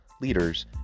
leaders